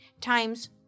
times